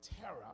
terror